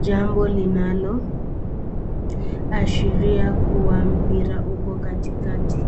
jambo linaloashiria kuwa mpira uko katikati.